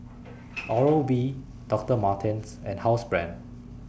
Oral B Doctor Martens and Housebrand